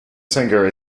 singer